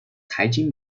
财经